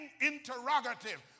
interrogative